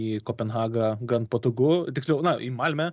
į kopenhagą gan patogu tiksliau na į malmę